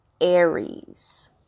Aries